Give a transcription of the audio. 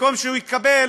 במקום שהוא יתקבל